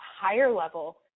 higher-level